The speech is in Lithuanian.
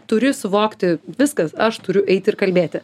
turi suvokti viskas aš turiu eiti ir kalbėti